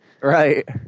Right